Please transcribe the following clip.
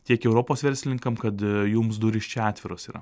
tiek europos verslininkam kad jums durys čia atviros yra